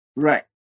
right